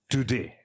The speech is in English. Today